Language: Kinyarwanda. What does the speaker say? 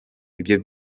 ibyo